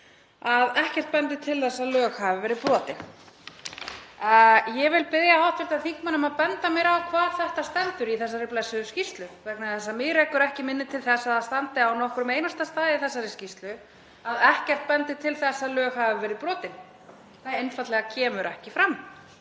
að ekkert bendi til þess að lög hafi verið brotin. Ég vil biðja hv. þingmann um að benda mér á hvar þetta stendur í þessari blessuðu skýrslu vegna þess að mig rekur ekki minni til þess að það standi á nokkrum einasta stað í skýrslunni að ekkert bendi til þess að lög hafi verið brotin. Það einfaldlega kemur ekki fram,